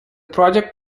project